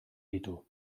ditu